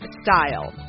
style